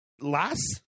last